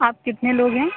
آپ کتنے لوگ ہیں